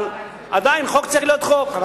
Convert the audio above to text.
אבל עדיין חוק צריך להיות חוק.